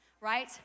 right